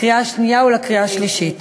לקריאה השנייה ולקריאה השלישית.